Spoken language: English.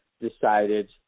decided